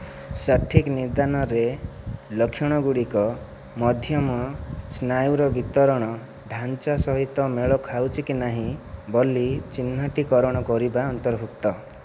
ସଠିକ୍ ନିଦାନରେ ଲକ୍ଷଣଗୁଡ଼ିକ ମଧ୍ୟମ ସ୍ନାୟୁର ବିତରଣ ଢାଞ୍ଚା ସହିତ ମେଳ ଖାଉଛି କି ନାହିଁ ବୋଲି ଚିହ୍ନଟୀକରଣ କରିବା ଅନ୍ତର୍ଭୁକ୍ତ